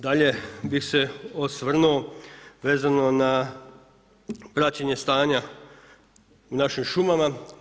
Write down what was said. Dalje bih se osvrnu vezno za praćenje stanja u našim šumama.